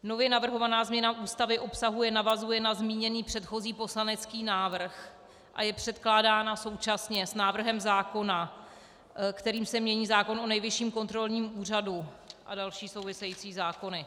Nově navrhovaná změna Ústavy navazuje na zmíněný předchozí poslanecký návrh a je předkládána současně s návrhem zákona, kterým se mění zákon o Nejvyšším kontrolním úřadu a další související zákony.